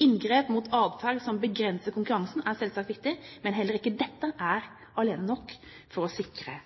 Inngrep mot atferd som begrenser konkurransen, er selvsagt viktig. Men heller ikke dette er alene nok til å sikre